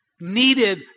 needed